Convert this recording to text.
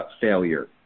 failure